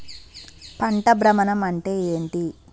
పంట భ్రమణం అంటే ఏంటి?